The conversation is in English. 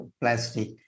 plastic